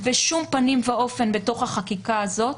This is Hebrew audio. ב-backlog בשום פנים ואופן בתוך החקיקה הזאת,